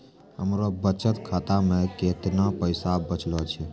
हमरो बचत खाता मे कैतना पैसा बचलो छै?